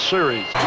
Series